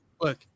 Look